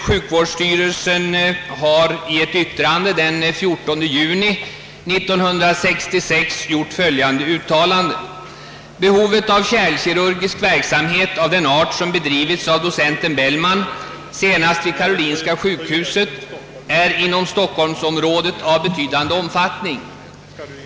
Sjukvårdsstyrelsen har i ett yttrande den 14 juni 1966 gjort följande uttalande: »Behovet av kärlkirurgisk verksamhet av den art som bedrivits av docent Bellman — senast vid karolinska sjukhuset är inom stockholmsområdet av betydande omfattning.